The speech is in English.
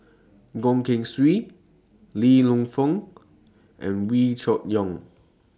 Goh Keng Swee Li Lienfung and Wee Cho Yaw